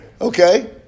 Okay